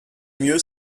mieux